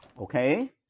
Okay